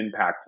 impactful